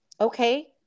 okay